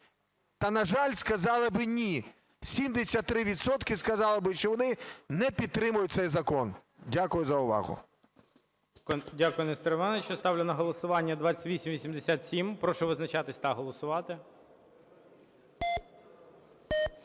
та, на жаль, сказали би "ні", 73 відсотки сказали би, що вони не підтримують цей закон. Дякую за увагу. ГОЛОВУЮЧИЙ. Дякую, Нестор Іванович. Ставлю на голосування 2887. Прошу визначатися та голосувати.